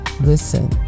listen